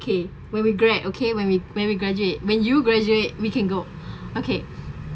okay when we grad~ okay when we when we graduate when you graduate we can go okay